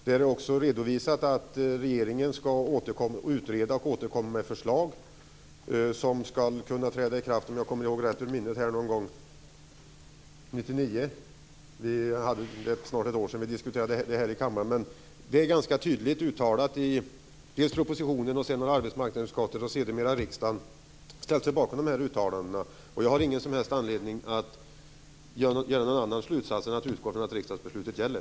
Där redovisas också att regeringen skall utreda frågan och återkomma med förslag som skall träda i kraft någon gång under 1999 - det är snart ett år sedan vi diskuterade frågan här i kammaren, så jag är inte säker på att jag kommer ihåg rätt. Det är ganska tydligt uttalat i propositionen och arbetsmarknadsutskottets betänkande, och riksdagen har sedan ställt sig bakom de uttalandena. Jag har ingen som helst anledning att dra någon annan slutsats än att riksdagsbeslutet gäller.